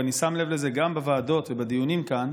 ואני שם לב לזה גם בוועדות ובדיונים כאן,